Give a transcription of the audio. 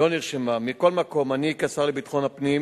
מכל מקום, אני, כשר לביטחון הפנים,